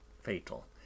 fatal